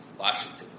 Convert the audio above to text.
Washington